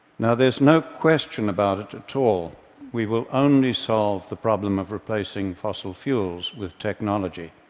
now there's no question about it at all we will only solve the problem of replacing fossil fuels with technology.